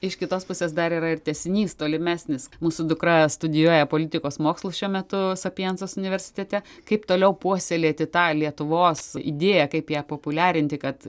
iš kitos pusės dar yra ir tęsinys tolimesnis mūsų dukra studijuoja politikos mokslus šiuo metu sapiencos universitete kaip toliau puoselėti tą lietuvos idėją kaip ją populiarinti kad